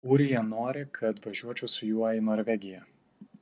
ūrija nori kad važiuočiau su juo į norvegiją